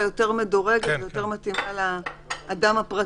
שהיא יותר מדורגת ויותר מתאימה לאדם הפרטי.